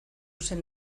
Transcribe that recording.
zen